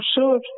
sure